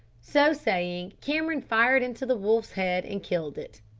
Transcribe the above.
so saying cameron fired into the wolf's head and killed it.